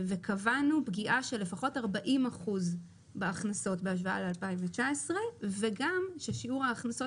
קבענו פגיעה של לפחות 40% בהכנסות בהשוואה ל-2019 וגם ששיעור ההכנסות